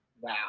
Wow